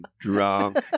drunk